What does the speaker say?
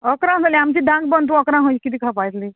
अकरा हॉयली आमची धांक बंद अकरां खंय कितें खावपा येतली